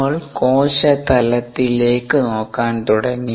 നമ്മൾ കോശ തലത്തിലേക്ക് നോക്കാൻ തുടങ്ങി